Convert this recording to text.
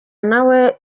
nawe